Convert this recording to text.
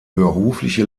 berufliche